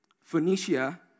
Phoenicia